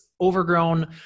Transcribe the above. overgrown